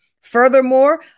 Furthermore